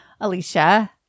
Alicia